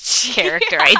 character